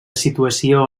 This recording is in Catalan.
situació